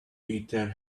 peter